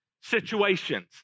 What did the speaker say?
situations